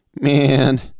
Man